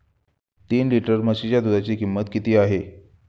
तीन लिटर म्हशीच्या दुधाची किंमत किती आहे?